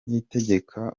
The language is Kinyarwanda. niyitegeka